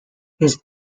his